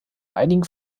einigen